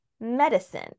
medicine